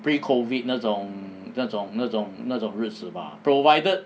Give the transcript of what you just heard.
pre COVID 那种那种那种那种日子吧 provided